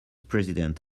president